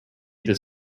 this